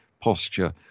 posture